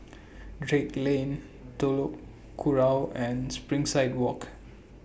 Drake Lane Telok Kurau and Springside Walk